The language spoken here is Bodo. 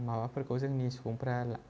माबाफोरखौ जोंनि सुबुंफ्रा ला